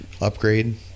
upgrade